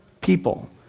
people